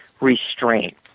restraint